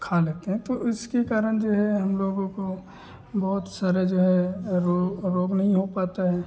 खा लेते हैं तो इसके कारण जो है हम लोगों को बहुत सारे जो है रोग रोग नहीं हो पाते हैं